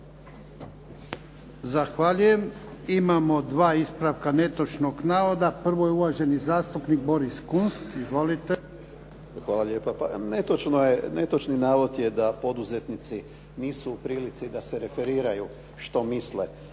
Zahvaljujem. Imamo dva ispravka netočnog navoda. Prvo je uvaženi zastupnik Boris Kunst. Izvolite. **Kunst, Boris (HDZ)** Hvala lijepa. Netočni navod je da poduzetnici nisu u prilici da se referiraju što misle